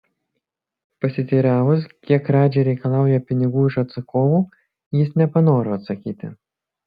pasiteiravus kiek radži reikalauja pinigų iš atsakovų jis nepanoro atsakyti